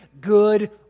good